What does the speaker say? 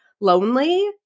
lonely